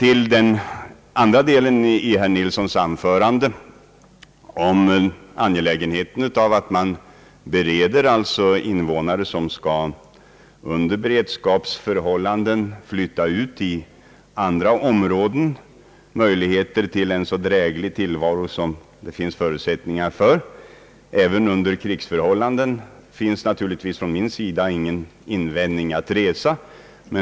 I den andra delen av sitt anförande framhöll herr Nilsson angelägenheten av att alla invånare som under beredskapsförhållanden skall flytta ut till andra områden bereds möjligheter till en så dräglig tillvaro som det finns förutsättningar för, även under krigsförhållanden. Från min sida finns självfallet ingen invändning att resa häremot.